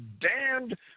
damned